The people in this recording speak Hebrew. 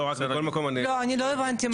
לא, רק מכל מקום --- לא, אני לא הבנתי.